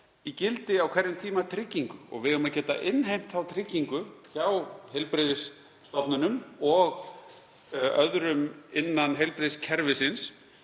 í gildi á hverjum tíma tryggingu og við eigum að geta innheimt þá tryggingu hjá heilbrigðisstofnunum og öðrum innan heilbrigðiskerfisins